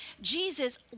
Jesus